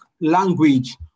language